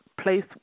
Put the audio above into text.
place